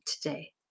today